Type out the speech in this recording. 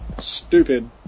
Stupid